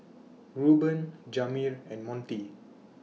Reuben Jamir and Montie